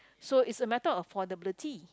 so it's a matter of affordability